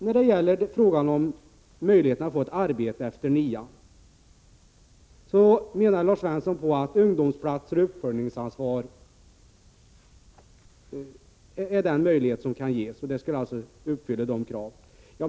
När det gäller frågan om möjligheten att få ett arbete efter nian menar Lars Svensson att ungdomsplatser och uppföljningsansvar är den möjlighet som kan ges, och detta skulle alltså uppfylla kraven.